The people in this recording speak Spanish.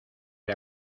era